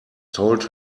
told